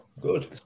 good